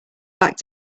back